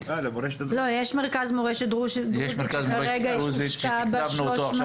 לא, יש מרכז מורשת דרוזית שכרגע מושקע בה 30